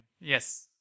Yes